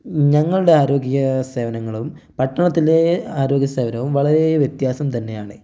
ഞങ്ങളുടെ ആരോഗ്യ സേവനങ്ങളും പട്ടണത്തിലെ ആരോഗ്യ സേവനവും വളരെ വ്യത്യാസം തന്നെ ആണ്